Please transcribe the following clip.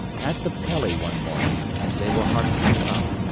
at the pelly one morning, as they were harnessing up,